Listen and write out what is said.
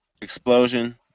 explosion